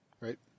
right